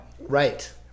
Right